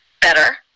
better